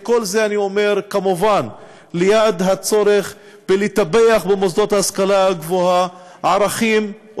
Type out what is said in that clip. את כל זה אני אומר כמובן ליד הצורך לטפח במוסדות להשכלה גבוהה ערכים,